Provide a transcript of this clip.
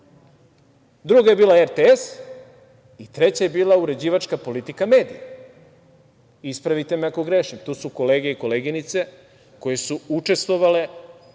druga je bila RTS i treća je bila uređivačka politika medija. Ispravite me ako grešim. Tu su kolege i koleginice koji su učestvovali